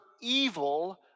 evil